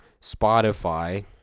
Spotify